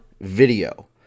video